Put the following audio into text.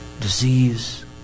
disease